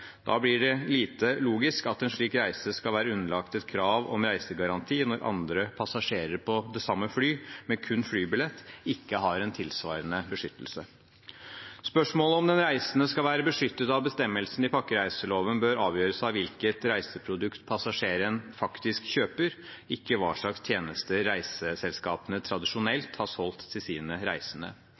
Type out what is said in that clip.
Da blir det lite logisk at en slik reise skal være underlagt et krav om reisegaranti, når andre passasjerer på det samme flyet som kun har flybillett, ikke har en tilsvarende beskyttelse. Spørsmålet om hvorvidt den reisende skal være beskyttet av bestemmelsene i pakkereiseloven, bør avgjøres av hvilket reiseprodukt passasjeren faktisk kjøper, ikke av hva slags tjenester reiseselskapene tradisjonelt har solgt til sine reisende.